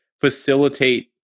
facilitate